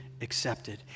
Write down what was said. accepted